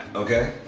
okay?